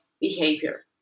behavior